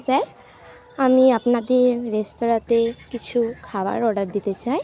sir আমি আপনাদের রেস্তোরাঁতে কিছু খাবার অর্ডার দিতে চাই